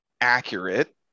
accurate